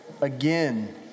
again